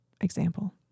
example